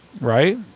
right